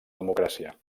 democràcia